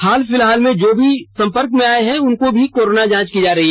हाल फिलहाल में जो भी संपर्क में आये हैं उनकी भी कोरोना जांच होगी